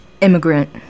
Immigrant